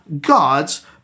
God's